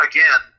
Again